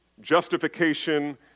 justification